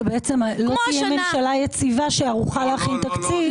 שבעצם לא תהיה ממשלה יציבה שערוכה להכין תקציב?